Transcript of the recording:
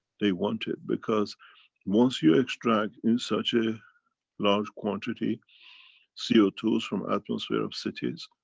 they want it. because once you extract in such a large quantity c o two s from atmosphere of cities,